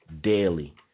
daily